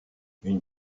une